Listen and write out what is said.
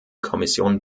kommission